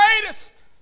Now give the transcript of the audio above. greatest